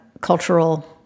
cultural